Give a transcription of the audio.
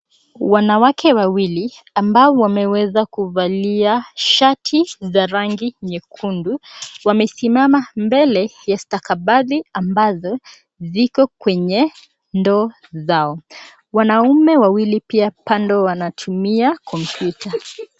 Wanawake wawili ambao wameweza kuvalia shati za rangi nyekundu wamesimama mbele ya stakabadhi ambazo ziko kwenye ndoo zao. Wanaume wawili pia kando wanatumia kompyuta.